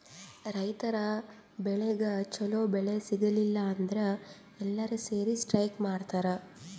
ರೈತರ್ ಬೆಳಿಗ್ ಛಲೋ ಬೆಲೆ ಸಿಗಲಿಲ್ಲ ಅಂದ್ರ ಎಲ್ಲಾರ್ ಸೇರಿ ಸ್ಟ್ರೈಕ್ ಮಾಡ್ತರ್